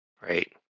Right